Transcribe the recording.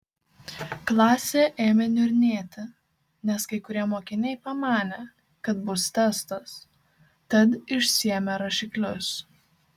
klasė ėmė niurnėti nes kai kurie mokiniai pamanė kad bus testas tad išsiėmė rašiklius